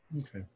Okay